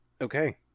Okay